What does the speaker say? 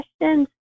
questions